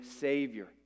Savior